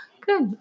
good